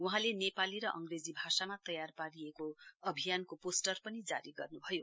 वहाँले नेपाली र अंग्रेजी भाषामा तयार पारिएको अभियानको पोस्टर पनि जारी गर्न्भयो